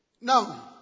Now